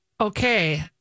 Okay